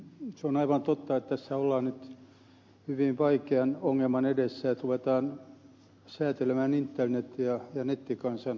se on aivan totta että tässä ollaan nyt hyvin vaikean ongelman edessä jos ruvetaan säätelemään internetiä ja nettikansan elämää